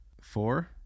four